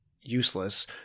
useless